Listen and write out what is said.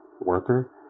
worker